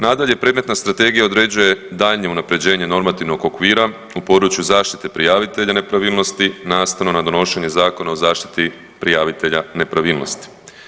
Nadalje, predmetna strategija određuje daljnje unaprjeđenje normativnog okvira u području zaštite prijavitelja nepravilnosti nastavno na donošenje Zakona o zaštiti prijavitelja nepravilnosti.